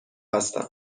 هستم